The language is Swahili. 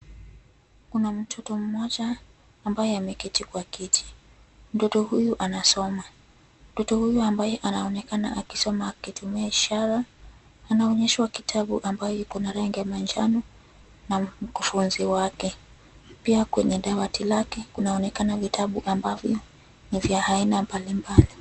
Kuna mtoto mmoja, ambaye ameketi kwa kiti. Mtoto huyu anasoma. Mtoto huyu ambaye anaonekana akisoma akitumia ishara, anaonyeshwa kitabu ambayo iko na rangi ya manjano, na mkufunzi wake. Pia kwenye dawati lake kunaonekana vitabu ambavyo, ni vya aina mbalimbali.